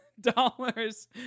dollars